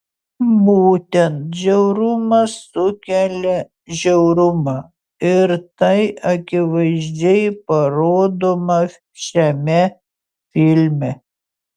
būtent žiaurumas sukelia žiaurumą ir tai akivaizdžiai parodoma šiame filme